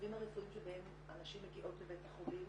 והמצבים הרפואיים שבהם הנשים מגיעות לבית החולים